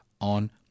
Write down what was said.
on